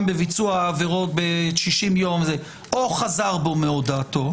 בביצוע העבירות במשך 60 ימים או חזר בו מהודאתו,